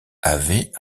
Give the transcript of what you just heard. avait